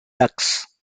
ducks